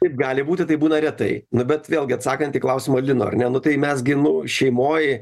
taip gali būti taip būna retai nu bet vėlgi atsakant į klausimą lino ar ne nu tai mes gi nu šeimoj